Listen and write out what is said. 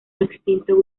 extinto